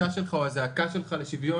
מצטרף לזעקה שלך לשוויון.